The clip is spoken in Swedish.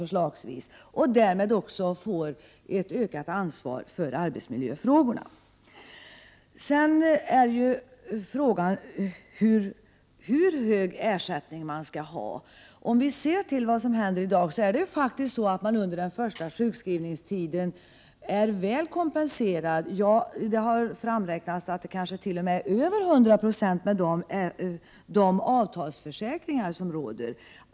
Därmed får de också ett ökat ansvar för arbetsmiljöfrågorna. Frågan är hur hög ersättningen skall vara. Om vi studerar vad som händer i dag finner vi att man under den första sjukskrivningstiden faktiskt är väl kompenserad. Det har också beräknats att man kanske är kompenserad till mer än 100 96 med de avtalsförsäkringar som gäller.